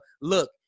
look